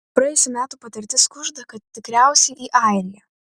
praėjusių metų patirtis kužda kad tikriausiai į airiją